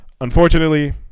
unfortunately